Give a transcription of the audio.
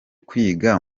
kwiga